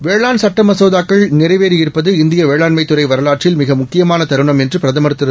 வேளாண்சட்டமசோதாக்கள்நிறைவேறியிருப்பது இந்தியவேளாண்மைத்துறைவரலாற்றில்மிகமுக்கியமானதரு ணம்என்றுபிரதமர்திரு